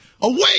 Away